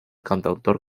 cantautor